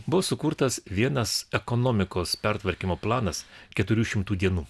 buvo sukurtas vienas ekonomikos pertvarkymo planas keturių šimtų dienų